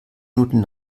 minuten